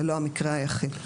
זה לא המקרה היחיד.